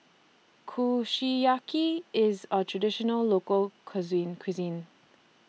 Kushiyaki IS A Traditional Local Cuisine